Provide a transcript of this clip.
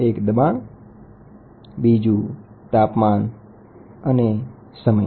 એક દબાણ બીજું ઉષ્ણતામાન અને સમય